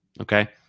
Okay